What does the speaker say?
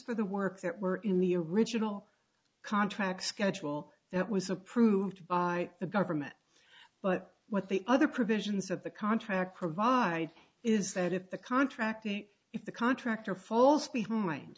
for the work that were in the original contract schedule that was approved by the government but what the other provisions of the contract provide is that if the contract if the contract or false spe